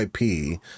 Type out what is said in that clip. IP